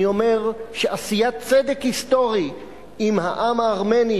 אני אומר שעשיית צדק היסטורי עם העם הארמני